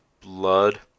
blood